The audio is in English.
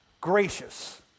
gracious